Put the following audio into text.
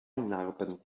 narben